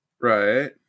right